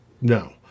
no